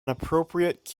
appropriate